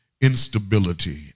instability